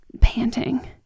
panting